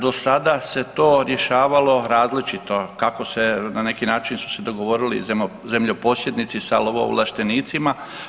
Do sada se to rješavalo različito, kako se, na neki način su se dogovorili zemljoposjednici sa lovoovlaštenicima.